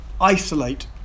isolate